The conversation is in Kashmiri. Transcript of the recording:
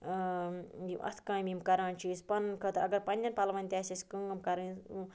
یِم اَتھٕ کامہِ یِم کَران چھِ أسۍ پَنُن خٲطرٕ اگر پَنٛنٮ۪ن پَلوَن تہِ آسہِ اَسہِ کٲم کَرٕنۍ